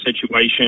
situation